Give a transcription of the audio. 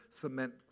cement